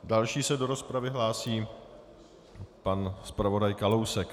Další se do rozpravy hlásí pan zpravodaj Kalousek.